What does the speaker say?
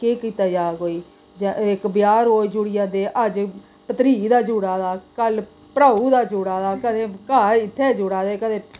केह् कीता जा कोई जा इक ब्याह् रोज जुड़ी जंदे अज्ज भतरिये दा जुड़ा दा कल भ्राऊ दा जुड़े दा कदें का इत्थें जुड़ा दे कदें